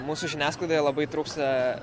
mūsų žiniasklaidoje labai trūksta